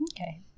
okay